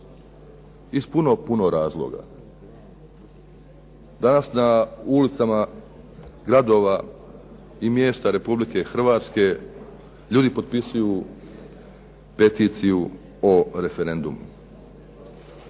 Iz puno, puno razloga. Danas na ulicama gradova i mjesta RH ljudi potpisuju peticiju o referendumu.